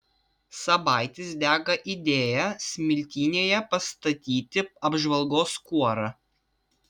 sabaitis dega idėja smiltynėje pastatyti apžvalgos kuorą